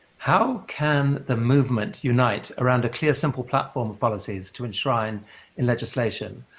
how can the movement unite around a clear, simple platform of policies to enshrine in legislation?